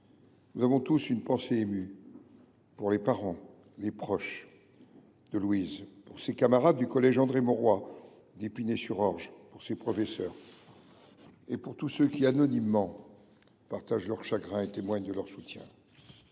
nous avons tous une pensée émue pour les parents et les proches de Louise, pour ses camarades du collège André Maurois d’Épinay sur Orge, pour ses professeurs et pour tous ceux qui, anonymement, partagent leur chagrin et témoignent de leur soutien.